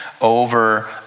over